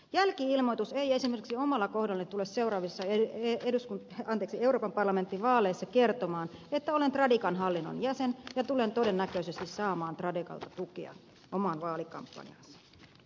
jälki ilmoitus ei esimerkiksi omalla kohdallani tule seuraavissa euroopan parlamentin vaaleissa kertomaan että olen tradekan hallinnon jäsen ja tulen todennäköisesti saamaan tradekalta tukea omaan vaalikampanjaani